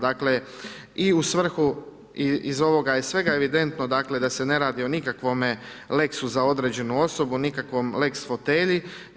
Dakle i u svrhu i iz ovoga je sve evidentno dakle da se ne radi o nikakvome lex za određenu osobu, nikakvom lex fotelji.